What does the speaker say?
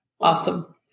Awesome